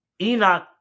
Enoch